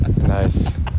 Nice